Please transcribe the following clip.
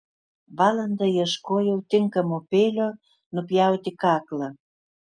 valandą ieškojau tinkamo peilio nupjauti kaklą